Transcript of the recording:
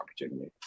opportunity